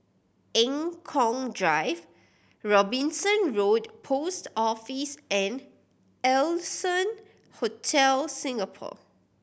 Eng Kong Drive Robinson Road Post Office and Allson Hotel Singapore